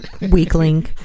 Weakling